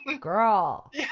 Girl